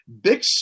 Bix